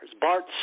Bart